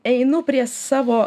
einu prie savo